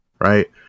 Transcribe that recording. Right